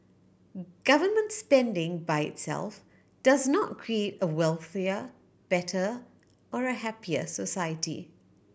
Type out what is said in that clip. government spending by itself does not create a wealthier better or a happier society